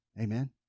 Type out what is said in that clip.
Amen